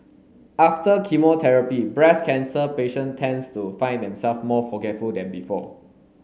after chemotherapy breast cancer patient tends to find themselves more forgetful than before